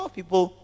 people